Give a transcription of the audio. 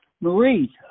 Marie